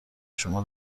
شما